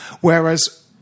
whereas